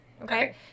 Okay